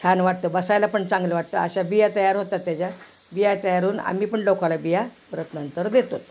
छान वाटतं बसायला पण चांगलं वाटतं अशा बिया तयार होतात त्याच्या बिया तयार होऊन आम्ही पण लोकांना बिया नंतर देतो